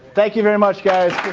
thank you very much, guys.